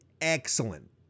excellent